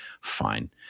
fine